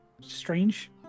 strange